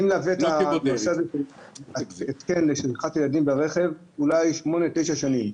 אני מלווה את ההתקן הזה נגד שכחת ילדים ברכב כבר שמונה תשע שנים.